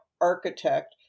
architect